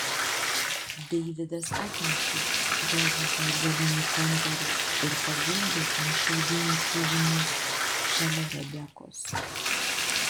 deividas atnešė džozefą į galinį kambarį ir paguldė ant šiaudinio čiužinio šalia rebekos